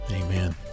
amen